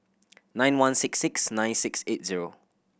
nine one six six nine six eight zero